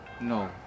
no